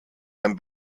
ein